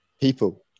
people